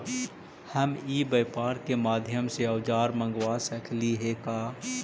हम ई व्यापार के माध्यम से औजर मँगवा सकली हे का?